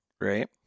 right